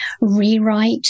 rewrite